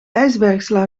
ijsbergsla